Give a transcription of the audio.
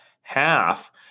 half